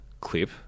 clip